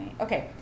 Okay